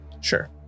Sure